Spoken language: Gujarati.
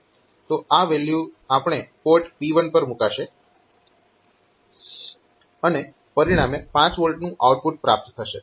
તો આ વેલ્યુ પોર્ટ P1 પર મૂકાશે અને પરિણામે 5 V નું આઉટપુટ પ્રાપ્ત થશે